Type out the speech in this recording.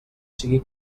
sigui